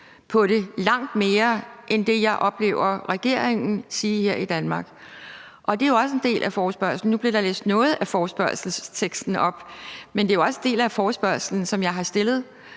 på det, langt mere end det, jeg oplever regeringen sige her i Danmark. Det er jo også en del af forespørgslen. Nu blev der læst noget af forespørgselsteksten op, men en del af forespørgslen, som jeg har stillet,